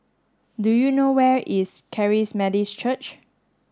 do you know where is Charis Methodist Church